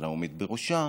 על העומד בראשה,